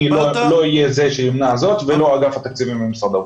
אני לא אהיה זה שימנע זאת ולא אגף התקציבים במשרד האוצר.